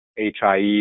HIE